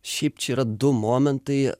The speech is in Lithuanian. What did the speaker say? šiaip čia yra du momentai